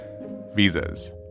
visas